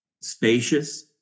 spacious